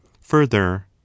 further